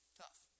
tough